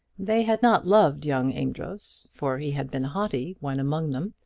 they had not loved young amedroz, for he had been haughty when among them,